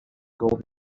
gold